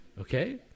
okay